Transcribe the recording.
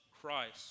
Christ